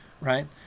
right